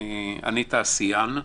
אני תעשיין,